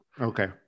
Okay